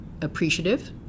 appreciative